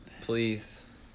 Please